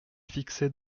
fixée